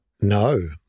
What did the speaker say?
No